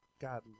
God